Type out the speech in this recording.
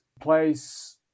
place